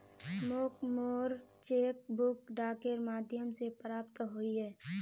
मोक मोर cheque book डाकेर माध्यम से प्राप्त होइए